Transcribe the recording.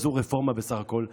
וזו רפורמה בסך הכול,